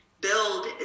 build